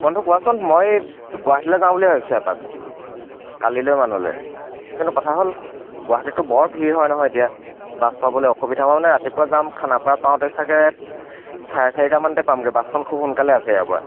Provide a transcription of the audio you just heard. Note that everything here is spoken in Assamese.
বন্ধু কোৱাচোন মই গুৱাহাটীলৈ যাওঁ বুলি ভাবিছোঁ এপাক কালিলৈ মানলৈ কিন্তু কথা হ'ল গুৱাহাটীততো বৰ ভিৰ হয় নহয় এতিয়া বাছ পাবলৈ অসুবিধা হ'ব মই মানে ৰাতিপুৱা যাম খানাপাৰা পাওঁতে চাগে চাৰে চাৰিটা মানতে পামগে বাছখন খুব সোনকালে আছে ইয়াৰ পৰা